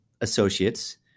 associates